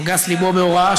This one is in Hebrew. "הגס לבו בהוראה,